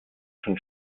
schon